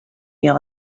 you